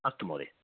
अस्तु महोदयः